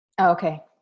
Okay